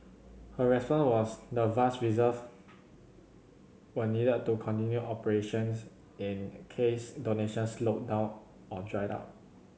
her response was the vast reserves were needed to continue operations in case donations slowed down or dried up